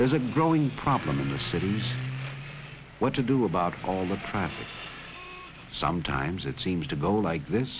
there's a growing problem in the city what to do about all the traffic sometimes it seems to go like this